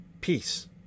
peace